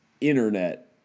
internet